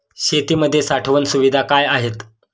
शेतीमध्ये साठवण सुविधा काय आहेत?